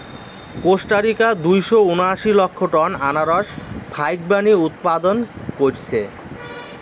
Costa Rica দুইশো উনাশি লক্ষ টন আনারস ফাইকবানী উৎপাদন কইরছে